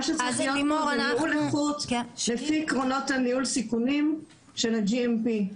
מה שצריך להיות כאן זה ניהול איכות לפי עקרונות ניהול סיכונים של ה-GMP.